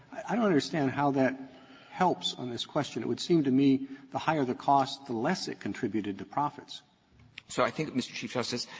i don't understand how that helps on this question. it would seem to me the higher the cost, the less it contributed to profits. fletcher so i think, mr. chief justice,